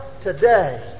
today